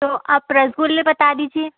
तो आप रसगुल्ले बता दीजिए